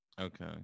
Okay